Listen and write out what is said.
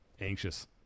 anxious